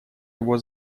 его